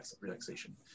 relaxation